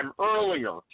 earlier